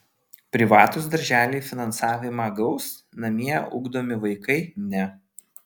privatūs darželiai finansavimą gaus namie ugdomi vaikai ne